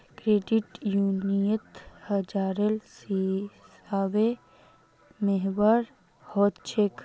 credit यूनियनत हजारेर हिसाबे मेम्बर हछेक